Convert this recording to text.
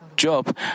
Job